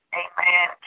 amen